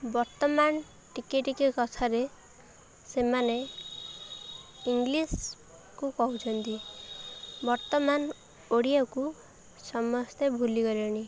ବର୍ତ୍ତମାନ ଟିକେ ଟିକେ କଥାରେ ସେମାନେ ଇଂଲିଶ୍କୁ କହୁଛନ୍ତି ବର୍ତ୍ତମାନ ଓଡ଼ିଆକୁ ସମସ୍ତେ ଭୁଲିଗଲେଣି